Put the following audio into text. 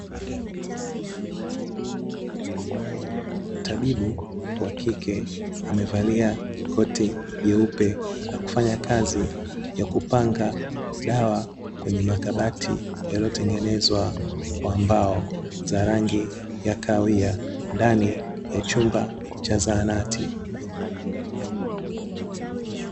Tabibu wa kike amevalia koti jeupe na kufanya kazi ya kupanga dawa kwenye makabati, yaliyotengenezwa kwa mbao za rangi ya kahawia ndani ya chumba cha zahanati.